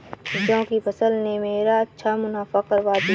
जौ की फसल ने मेरा अच्छा मुनाफा करवा दिया